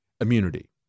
immunity